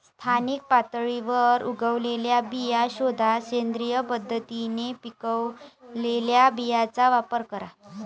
स्थानिक पातळीवर उगवलेल्या बिया शोधा, सेंद्रिय पद्धतीने पिकवलेल्या बियांचा वापर करा